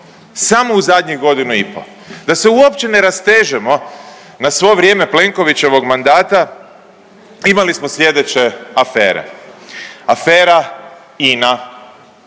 Samo u zadnjih godinu i pol, da se uopće ne rastežemo na svo vrijeme Plenkovićevog mandata imali smo sljedeće afere: afera INA,